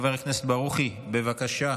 עברה בקריאה